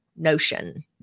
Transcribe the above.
notion